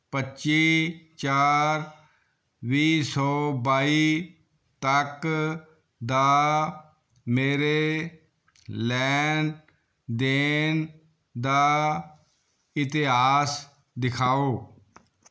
ਪੱਚੀ ਚਾਰ ਵੀਹ ਸੌ ਬਾਈ ਤੱਕ ਦਾ ਮੇਰੇ ਲੈਣ ਦੇਣ ਦਾ ਇਤਿਹਾਸ ਦਿਖਾਓ